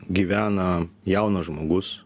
gyvena jaunas žmogus